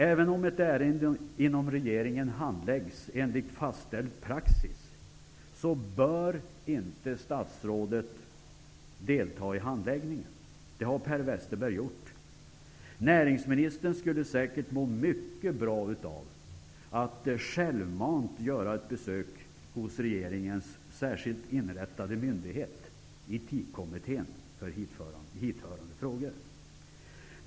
Även om ett ärende inom regeringen handläggs enligt fastställd praxis bör inte statsrådet delta i handläggningen. Det har Per Westerberg gjort. Näringsministern skulle nog må bra av att självmant göra ett besök hos regeringens särskilt inrättade myndighet, Etikkommittén, för hithörande frågor.